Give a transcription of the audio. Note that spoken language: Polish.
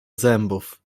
zębów